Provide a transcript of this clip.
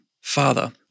Father